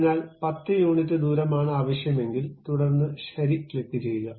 അതിനാൽ 10 യൂണിറ്റ് ദൂരമാണ് ആവശ്യമെങ്കിൽ തുടർന്ന് ശരി ക്ലിക്കുചെയ്യുക